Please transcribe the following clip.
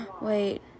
Wait